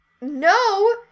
no